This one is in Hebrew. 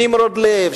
של נמרוד לב,